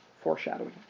Foreshadowing